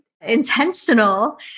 intentional